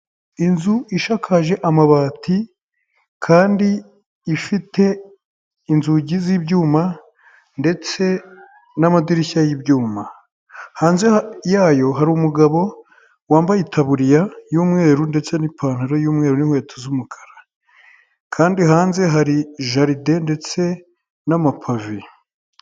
Inzu ishakakaje amabati kandi ifite inzugi z'ibyuma ndetse n'amadirishya y'ibyuma, hanze yayo hari umugabo wambaye itaburiya y'umweru ndetse n'ipantaro y'umweru n'inkweto z'umukara kandi hanze hari jaride ndetse n'amapave.